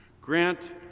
Grant